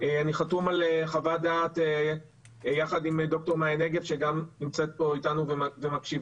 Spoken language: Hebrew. אני חתום על חוות דעת יחד עם ד"ר מאיה נגב שגם נמצאת פה איתנו ומקשיבה,